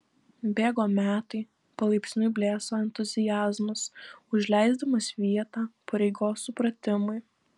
bėgo metai palaipsniui blėso entuziazmas užleisdamas vietą pareigos supratimui